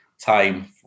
time